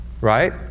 Right